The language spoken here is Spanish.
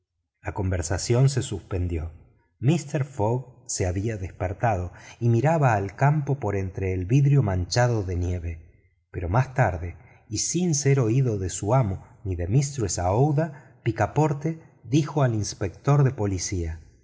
la conversacion se suspendió mister fogg se había despertado y miraba el campo por entre el vidrio manchado de nieve pero más tarde y sin ser oído de su amo ni de mistress aouida picaporte dijo al inspector de policía